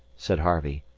said harvey.